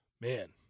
Man